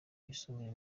yisumbuye